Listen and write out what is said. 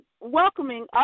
welcoming